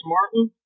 Martin